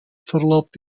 verlobt